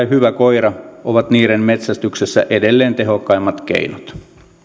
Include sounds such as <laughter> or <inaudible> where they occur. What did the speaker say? <unintelligible> hyvä koira ovat niiden metsästyksessä edelleen tehokkaimmat keinot